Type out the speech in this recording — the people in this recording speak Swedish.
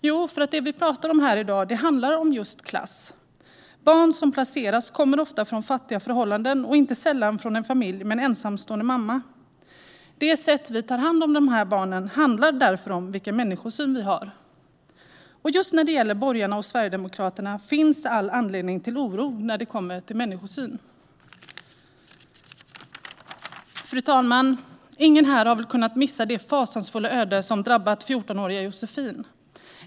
Jo, för att det vi talar om här i dag handlar om just klass. Barn som placeras kommer ofta från fattiga förhållanden och inte sällan från en familj med en ensamstående mamma. Vårt sätt att ta hand om de här barnen handlar därför om vilken människosyn vi har, och när det gäller just borgarna och Sverigedemokraterna finns all anledning till oro när det gäller människosyn. Fru talman! Ingen här har väl kunnat missa det fasansfulla öde som drabbat 14-åriga Josefin.